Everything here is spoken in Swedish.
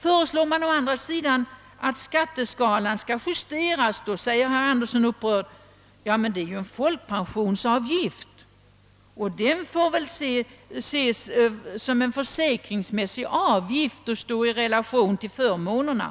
Föreslår man å andra sidan att skatteskalan skall justeras säger herr Anderson upprörd, att folkpensionsavgiften får väl ses som en försäkringsmässig avgift och som bör stå i relation till förmånerna.